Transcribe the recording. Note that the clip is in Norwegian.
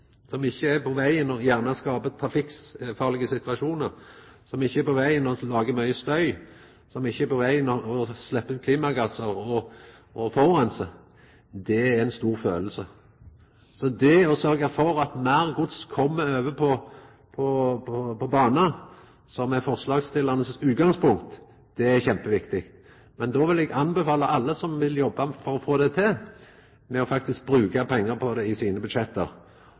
som ikkje er på vegen og skapar trafikkfarlege situasjonar, som ikkje er på vegen og lagar mykje støy, og som ikkje er på vegen og forureinar ved å sleppa ut klimagassar, er ein stor følelse. Så det å sørgja for meir gods på bane, som er forslagsstillaranes utgangspunkt, er kjempeviktig. Men då vil eg anbefala alle som vil jobbe for å få det til, faktisk å bruka pengar på det i sine budsjett.